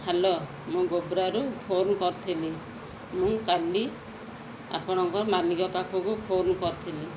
hello ମୁଁ ଗୋବରାରୁ phone କରିଥିଲି ମୁଁ କାଲି ଆପଣଙ୍କ ମାଲିକ ପାଖକୁ ଫୋନ୍ କରିଥିଲି